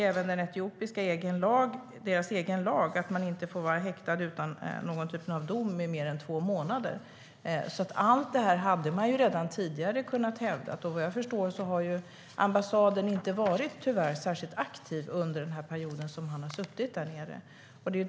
Även Etiopiens egen lag säger att man inte får vara häktad utan någon typ av dom i mer än två månader. Allt det här hade man redan tidigare kunnat hävda, men vad jag förstår har ambassaden tyvärr inte varit särskilt aktiv under den period som han suttit där nere.